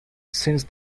since